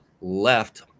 left